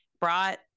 brought